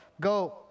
Go